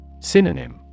Synonym